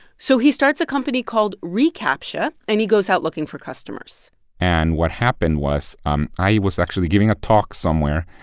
so he starts a company called recaptcha. and he goes out looking for customers and what happened was um i was actually giving a talk somewhere,